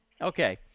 Okay